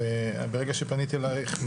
ברגע שפניתי אלייך,